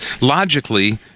logically